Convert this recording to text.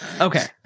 Okay